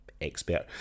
expert